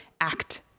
act